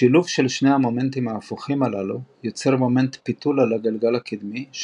השילוב של שני המומנטים ההפוכים הללו יוצר מומנט פיתול על הגלגל הקדמי,